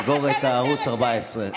על לסגור את התאגיד של השידור הציבורי.